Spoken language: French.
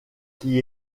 qui